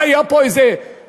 מה, היה פה איזה פלא?